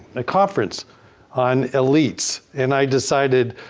a conference on elites. and i decided,